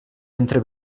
entre